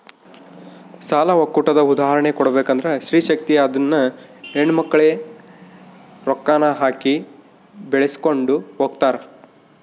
ಸಾಲ ಒಕ್ಕೂಟದ ಉದಾಹರ್ಣೆ ಕೊಡ್ಬಕಂದ್ರ ಸ್ತ್ರೀ ಶಕ್ತಿ ಅದುನ್ನ ಹೆಣ್ಮಕ್ಳೇ ರೊಕ್ಕಾನ ಹಾಕಿ ಬೆಳಿಸ್ಕೊಂಡು ಹೊಗ್ತಾರ